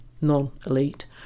non-elite